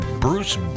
Bruce